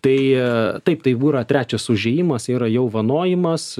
tai taip tai jau yra trečias užėjimas yra jau vanojimas